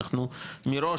אנחנו מראש,